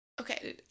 okay